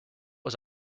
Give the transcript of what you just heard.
was